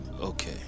Okay